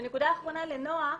ונקודה אחרונה לנעה,